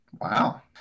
Wow